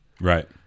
Right